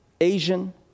Asian